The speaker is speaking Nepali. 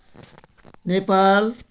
नेपाल